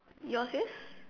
yours is